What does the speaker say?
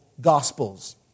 Gospels